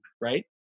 right